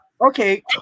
okay